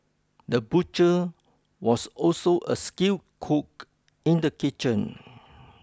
the butcher was also a skilled cook in the kitchen